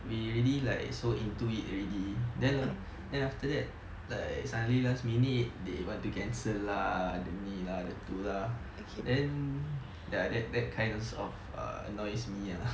we already like so into it already then then after that like suddenly last minute they want to cancel lah ini itu lah then ya that that kinds of err annoys me ah